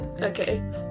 okay